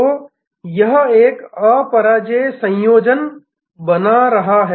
तो यह एक अपराजेय संयोजन बना रहा है